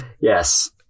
Yes